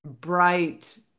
bright